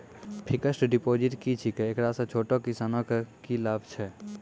Fixed deposit की छिकै, एकरा से छोटो किसानों के की लाभ छै?